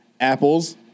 apples